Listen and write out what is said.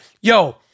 yo